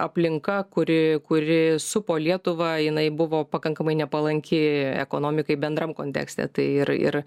aplinka kuri kuri supo lietuvą jinai buvo pakankamai nepalanki ekonomikai bendram kontekste tai ir ir